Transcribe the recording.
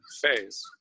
phase